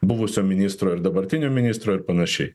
buvusio ministro ir dabartinio ministro ir panašiai